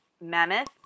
Mammoth